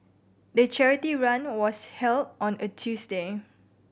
the charity run was held on a Tuesday